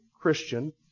Christian